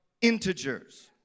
integers